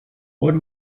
what